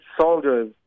soldiers